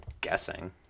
guessing